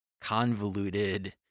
convoluted